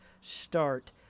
start